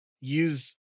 use